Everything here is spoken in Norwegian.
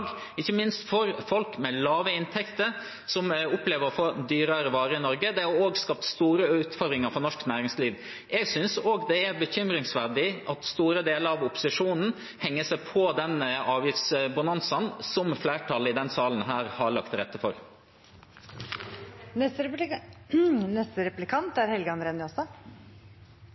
ikke minst for folk med lave inntekter, som opplever å få dyrere varer i Norge. Det har også skapt store utfordringer for norsk næringsliv. Jeg synes også at det er bekymringsverdig at store deler av opposisjonen henger seg på den avgiftsbonanzaen som flertallet i denne salen har lagt til rette for.